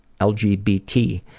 LGBT